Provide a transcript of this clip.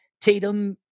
Tatum